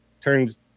turns